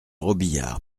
robiliard